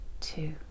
two